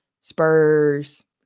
Spurs